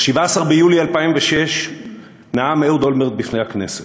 ב-17 ביולי 2006 נאם אהוד אולמרט בפני הכנסת.